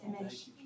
image